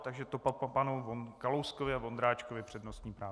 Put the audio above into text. Takže to po panu Kalouskovi a Vondráčkovi přednostní práva.